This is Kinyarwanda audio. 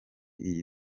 iyi